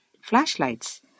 flashlights